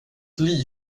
lee